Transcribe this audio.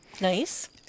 Nice